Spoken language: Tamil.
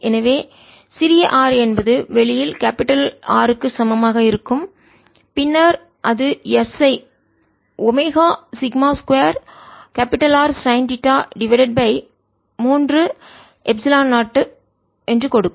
எனவே சிறிய r என்பது வெளியில் R க்கு சமமாக இருக்கும் பின்னர் அது S ஐ omega sigma 2 R sine theta divided by 3 epsilon 0 கொடுக்கும்